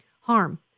harm